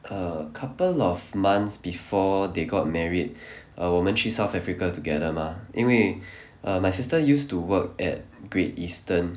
a couple of months before they got married err 我们去 south africa together mah 因为 err my sister used to work at Great Eastern